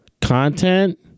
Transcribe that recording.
Content